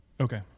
Okay